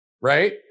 right